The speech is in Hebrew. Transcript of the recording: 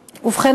ובכן,